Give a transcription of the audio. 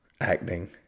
acting